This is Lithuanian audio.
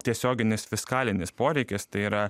tiesioginis fiskalinis poreikis tai yra